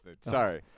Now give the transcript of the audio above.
Sorry